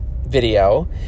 video